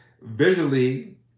visually